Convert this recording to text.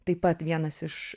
taip pat vienas iš